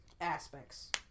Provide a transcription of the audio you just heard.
aspects